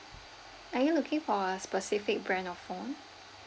are you looking for a specific brand of phone